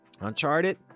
uncharted